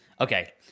Okay